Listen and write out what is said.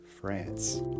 France